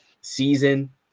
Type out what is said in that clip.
season